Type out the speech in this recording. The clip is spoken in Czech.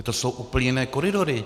To jsou úplně jiné koridory.